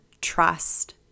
trust